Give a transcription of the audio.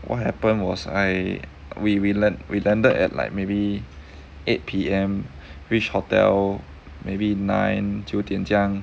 what happened was I we we land we landed at like maybe eight P_M reach hotel maybe nine 九点这样